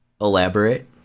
Elaborate